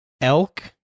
elk